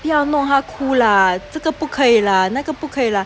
不要弄他哭 lah 这个不可以了那可不可以 lah